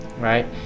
right